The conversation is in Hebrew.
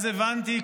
אז הבנתי",